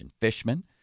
Fishman